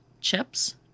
chips